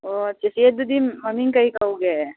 ꯑꯣ ꯆꯦꯆꯦꯗꯨꯗꯤ ꯃꯃꯤꯡ ꯀꯩ ꯀꯧꯒꯦ